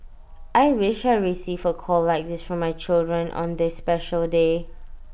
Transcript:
I wish I receive A call like this from my children on this special day